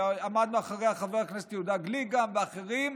ועמדו מאחוריה גם חבר הכנסת יהודה גליק ואחרים,